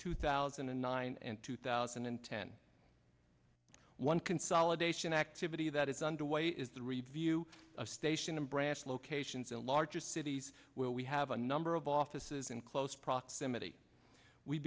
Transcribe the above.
two thousand and nine and two thousand and ten one consolidation activity that is underway is the review of station and branch locations in larger cities where we have a number of offices in close proximity we